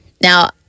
now